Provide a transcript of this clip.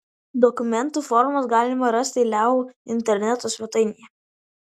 dokumentų formas galima rasti leu interneto svetainėje